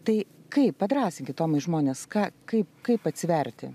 tai kaip padrąsinit tomai žmones ką kaip kaip atsiverti